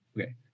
Okay